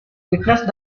witnessed